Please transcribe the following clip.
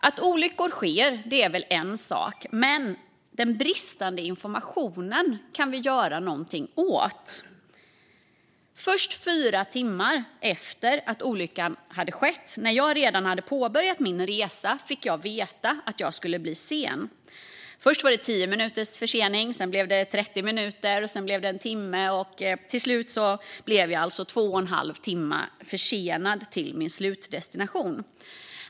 Att olyckor sker är väl en sak, men den bristande informationen kan vi göra någonting åt. Först fyra timmar efter att olyckan hade skett, när jag redan hade påbörjat min resa, fick jag veta att jag skulle bli sen. Först var det tio minuters försening, sedan blev det trettio minuter, sedan en timme och till slut blev jag alltså två och en halv timme försenad till min slutdestination.